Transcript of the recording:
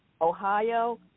Ohio